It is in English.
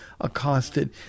accosted